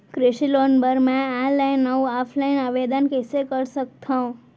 कृषि लोन बर मैं ऑनलाइन अऊ ऑफलाइन आवेदन कइसे कर सकथव?